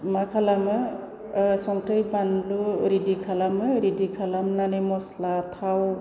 मा खालामो संख्रि बानलु रेडि खालामो रेडि खालामनानै मस्ला थाव